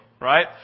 right